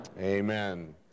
Amen